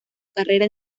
carrera